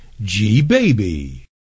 G-Baby